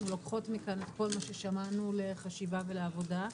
לוקחות מכאן את כל מה ששמענו לחשיבה ולעבודה.